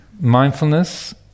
mindfulness